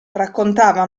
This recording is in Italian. raccontava